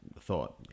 thought